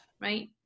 right